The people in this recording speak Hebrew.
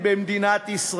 מעינינו.